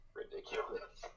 ridiculous